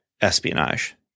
espionage